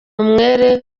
umwera